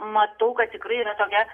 matau kad tikrai yra tokia